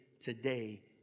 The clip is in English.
today